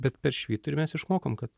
bet per švyturį mes išmokom kad